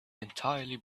entirely